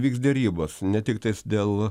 vyks derybos ne tiktais dėl